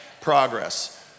progress